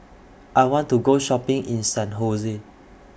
I want to Go Shopping in San Jose